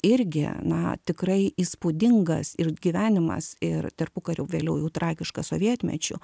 irgi na tikrai įspūdingas ir gyvenimas ir tarpukariu vėliau jau tragiška sovietmečiu